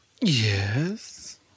Yes